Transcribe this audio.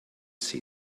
see